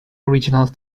original